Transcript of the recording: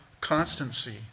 constancy